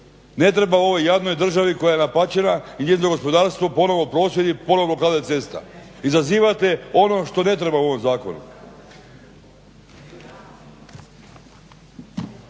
Ne treba ovoj jadnoj državi koja je napačena i njezino gospodarstvo ponovo prosvjedi, ponovo blokada cesta. Izazivate ono što ne treba u ovom zakonu.